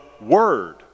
Word